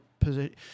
position